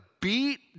beat